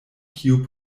kiu